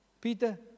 Peter